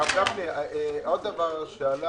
הרב גפני, עוד דבר שעלה